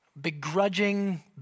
begrudging